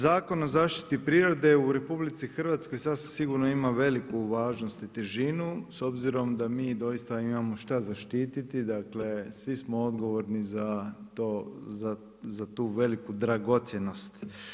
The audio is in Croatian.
Zakon o zaštiti prirode u RH sasvim sigurno ima veliku važnost i težinu, s obzirom da mi doista imamo šta zaštiti, dakle svi smo odgovorni za tu veliku dragocjenost.